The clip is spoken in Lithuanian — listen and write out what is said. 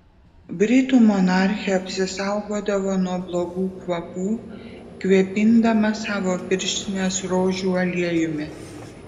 britų monarchė apsisaugodavo nuo blogų kvapų kvėpindama savo pirštines rožių aliejumi